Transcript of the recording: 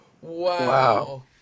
Wow